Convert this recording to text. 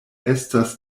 estas